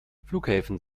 flughäfen